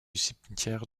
cimetière